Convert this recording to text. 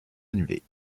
annulée